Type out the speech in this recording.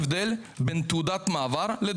לכן גם היום כולם מבקשים תעודות מעבר.